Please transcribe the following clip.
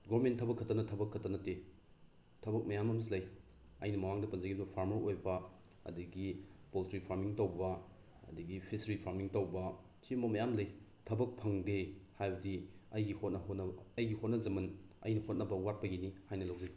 government ꯊꯕꯛ ꯈꯛꯇꯅ ꯊꯕꯛꯈꯇ ꯅꯠꯇꯦ ꯊꯕꯛ ꯃꯌꯥꯝ ꯑꯝꯁꯨ ꯂꯩ ꯑꯩꯅ ꯃꯃꯥꯡꯗ ꯄꯟꯖꯈꯤꯕ ꯐꯥꯔꯃꯔ ꯑꯣꯏꯕ ꯑꯗꯒꯤ ꯄꯣꯜꯇ꯭ꯔꯤ ꯐꯥꯔꯃꯤꯡ ꯇꯧꯕ ꯑꯗꯒꯤ ꯐꯤꯁꯔꯤ ꯐꯥꯔꯃꯤꯡ ꯇꯧꯕ ꯁꯤꯒꯨꯝꯕ ꯃꯌꯥꯝ ꯂꯩ ꯊꯕꯛ ꯐꯪꯗꯦ ꯍꯥꯏꯕꯗꯤ ꯑꯩꯒꯤ ꯑꯩꯒꯤ ꯍꯣꯠꯅꯖꯃꯟ ꯑꯩꯅ ꯍꯣꯠꯅꯕ ꯋꯥꯠꯄꯒꯤꯅꯤ ꯍꯥꯏꯅ ꯂꯧꯖꯒꯦ